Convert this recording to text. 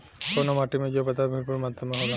कउना माटी मे जैव पदार्थ भरपूर मात्रा में होला?